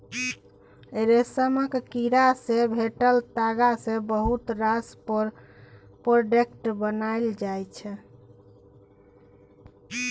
रेशमक कीड़ा सँ भेटल ताग सँ बहुत रास प्रोडक्ट बनाएल जाइ छै